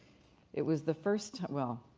it was the first, well,